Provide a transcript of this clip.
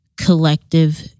collective